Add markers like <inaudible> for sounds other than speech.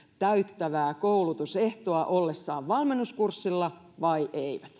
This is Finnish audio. täyttävää koulutusehtoa ollessaan valmennuskurssilla vai eivät <unintelligible>